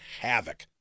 havoc